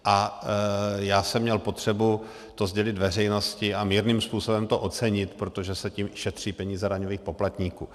A já jsem měl potřebu to sdělit veřejnosti a mírným způsobem to ocenit, protože se tím šetří peníze daňových poplatníků.